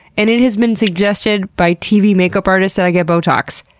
and it has been suggested by tv makeup artists that i get botox.